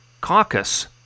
caucus